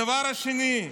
הדבר השלישי,